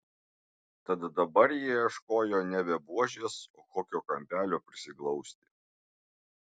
tad dabar jie ieškojo nebe buožės o kokio kampelio prisiglausti